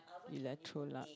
electrolux